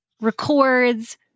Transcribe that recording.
records